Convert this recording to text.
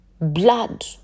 blood